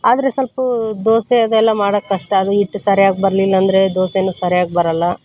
ಆದರೆ ಸ್ವಲ್ಪ ದೋಸೆ ಅದೆಲ್ಲ ಮಾಡಕ್ಕೆ ಕಷ್ಟ ಅದು ಹಿಟ್ ಸರ್ಯಾಗಿ ಬರಲಿಲ್ಲ ಅಂದರೆ ದೋಸೆಯೂ ಸರ್ಯಾಗಿ ಬರೋಲ್ಲ